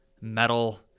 metal